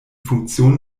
funktion